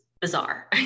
bizarre